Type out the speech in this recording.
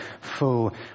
full